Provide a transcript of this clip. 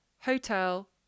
hotel